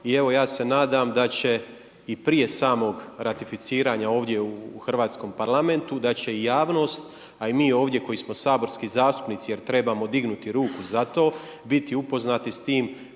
I evo ja se nadam da će i prije samog ratificiranja ovdje u Hrvatskom parlamentu da će i javnost a i mi ovdje koji smo saborski zastupnici jer trebamo dignuti ruku za to biti upoznati s time